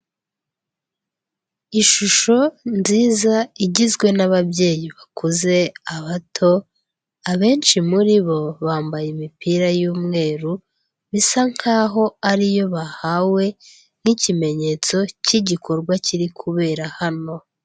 Ishusho nziza igizwe n'ababyeyi bakuze, abato, abenshi muri bo bambaye imipira y'Umweru bisa nkaho ariyo bahawe nk'ikimenyetso cy'igikorwa kiri kubera hano.